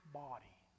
body